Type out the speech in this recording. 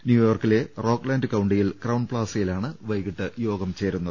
ന്യൂയോർക്കിലെ റോക്ലാൻഡ് കൌണ്ടിയിൽ Crowne Plaza യിലാണ് വൈകിട്ട് യോഗം ചേരുന്നത്